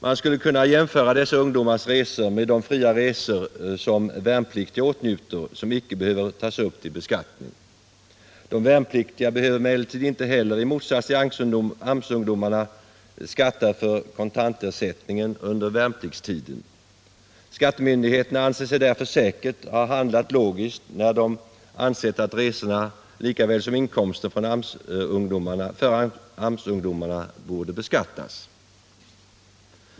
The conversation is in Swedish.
Man skulle kunna jämföra dessa ungdomars resor med de fritidsresor som de värnpliktiga åtnjuter och som inte behöver tas upp till beskattning. De värnpliktiga behöver emellertid inte heller — i motsats till AMS-ungdomarna —- skatta för kontantersättningen under värnpliktstiden. Skattemyndigheterna anser sig därför säkerligen ha handlat logiskt när de ansett att resorna likaväl som inkomsterna från AMS borde beskattas.